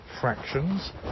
fractions